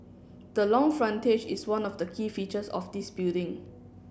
the long frontage is one of the key features of this building